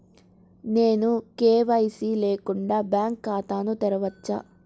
నేను కే.వై.సి లేకుండా బ్యాంక్ ఖాతాను తెరవవచ్చా?